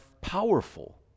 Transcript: powerful